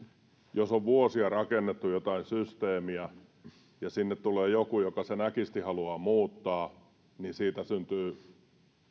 jos on vuosia rakennettu jotain systeemiä ja sinne tulee joku joka sen äkisti haluaa muuttaa niin siitä syntyy